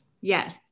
Yes